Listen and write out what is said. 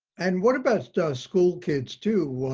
and what about school kids too?